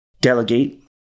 delegate